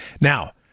Now